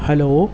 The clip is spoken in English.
hello